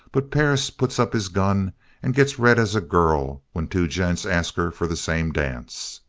but perris puts up his gun and gets red as a girl when two gents ask her for the same dance.